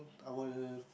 our